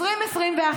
2021,